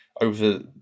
over